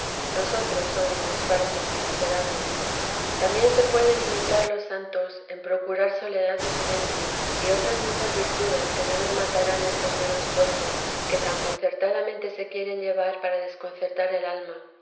nosotros somos los faltos y miserables también se pueden imitar los santos en procurar soledad y silencio y otras muchas virtudes que no nos matarán estos negros cuerpos que tan concertadamente se quieren llevar para desconcertar el alma